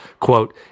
quote